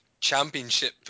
championship